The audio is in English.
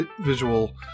visual